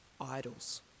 idols